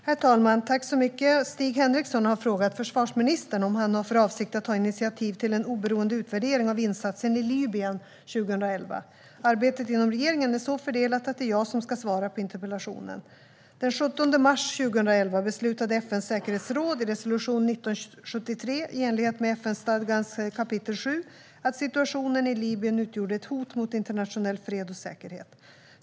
Herr talman! Stig Henriksson har frågat försvarsministern om han har för avsikt att ta initiativ till en oberoende utvärdering av insatsen i Libyen 2011. Arbetet inom regeringen är så fördelat att det är jag som ska svara på interpellationen. Den 17 mars 2011 beslutade FN:s säkerhetsråd i resolution 1973 i enlighet med FN-stadgans kapitel 7 att situationen i Libyen utgjorde ett hot mot internationell fred och säkerhet.